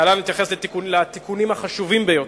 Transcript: להלן אתייחס לתיקונים החשובים ביותר.